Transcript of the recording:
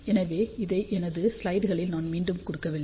எனவே இதை எனது ஸ்லைடுகளில் நான் மீண்டும் கொடுக்கவில்லை